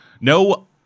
no